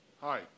Hi